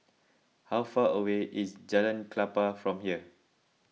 how far away is Jalan Klapa from here